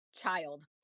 child